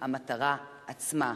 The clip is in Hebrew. הם המטרה עצמה.